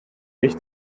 mich